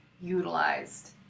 utilized